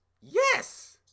Yes